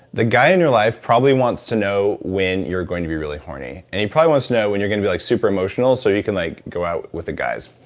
the guy in your life probably wants to know when you're gonna be really horny. and he probably wants to know when you're gonna be like super emotional so he can like go out with the guys,